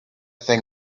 thing